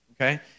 okay